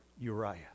Uriah